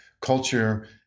culture